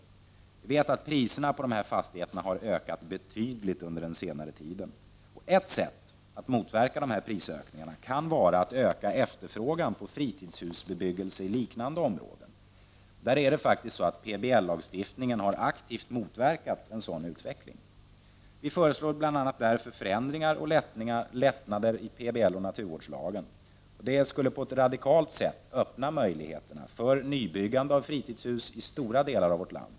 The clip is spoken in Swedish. Vi vet att priserna på dessa fastigheter har ökat betydligt under senare tid. Ett sätt att motverka dessa prisökningar kan vara att öka efterfrågan på fritidshusbebyggelse i liknande områden. Planoch bygglagstiftningen har dock aktivt motverkat denna utveckling. Vi föreslår bl.a. därför förändringar och lättnader i PBL och naturvårdslagen. Det skulle på ett radikalt sätt öppna möjligheterna för nybyggande av fritidshus i stora delar av vårt land.